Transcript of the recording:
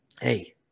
hey